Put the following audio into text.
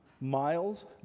Miles